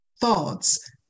thoughts